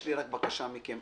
יש לי רק בקשה מכם,